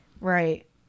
right